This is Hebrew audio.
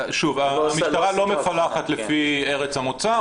המשטרה לא מפלחת על פי ארץ המוצא,